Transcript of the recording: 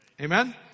Amen